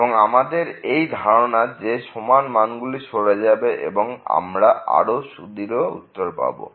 এবং আমাদের এই যে ধারণা যে সমান মানগুলি সরে যাবে এবং আমরা আরও সুদৃঢ় উত্তর পাবো